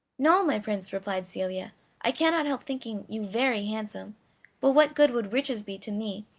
no, my prince, replied celia i cannot help thinking you very handsome but what good would riches be to me,